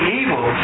evil